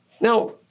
Now